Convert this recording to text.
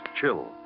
chill